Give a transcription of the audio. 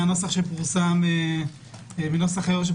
מהנוסח שפורסם היום,